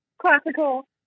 classical